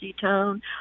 tone